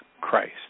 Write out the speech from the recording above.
Christ